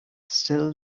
still